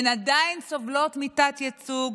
הן עדיין סובלות מתת-ייצוג,